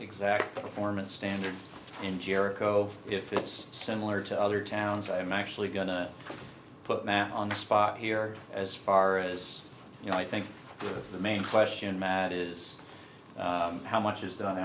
exact performance standards in jericho if it's similar to other towns i'm actually gonna put that on the spot here as far as you know i think the main question matt is how much is done